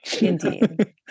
indeed